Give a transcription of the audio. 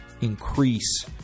increase